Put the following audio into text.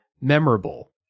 memorable